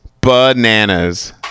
Bananas